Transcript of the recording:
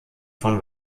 von